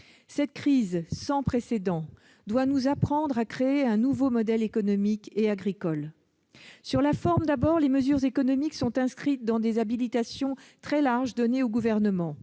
Cette crise sans précédent doit nous inciter à créer un nouveau modèle économique et agricole. Sur la forme, les mesures économiques sont inscrites dans des habilitations très larges données au Gouvernement